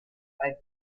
als